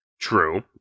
true